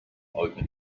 open